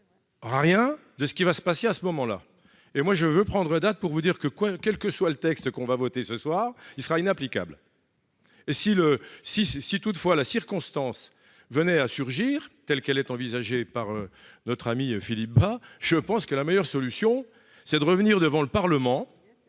rien de ce qui va se passer à ce moment-là, et moi je veux prendre date pour vous dire que, quoi, quel que soit le texte qu'on va voter ce soir il sera inapplicable et si le si, si toutefois la circonstance venait à surgir telle qu'elle est envisagée par notre ami Philippe, je pense que la meilleure solution c'est de revenir devant le Parlement,